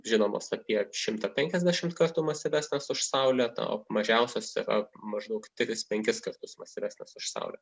žinomos apie šimtą penkiasdešimt kartų masyvesnės už saulę o mažiausios yra maždaug tris penkis kartus masyvesnės už saulę